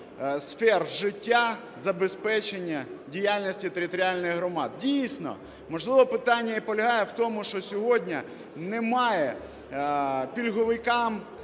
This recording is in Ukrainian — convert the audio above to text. сфер життя забезпечення діяльності територіальних громад. Дійсно, можливо, питання і полягає в тому, що сьогодні немає пільговикам